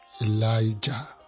Elijah